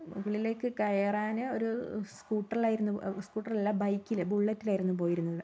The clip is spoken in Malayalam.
മുകളിലേക്ക് കയറാന് ഒരു സ്കൂട്ടറിലായിരുന്നു സ്കൂട്ടറിലല്ല ബൈക്കില് ബുള്ളറ്റിലായിരുന്നു പോയിരുന്നത്